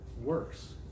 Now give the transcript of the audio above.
works